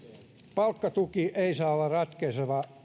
palkkatuki ei saa olla ratkaiseva